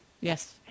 Yes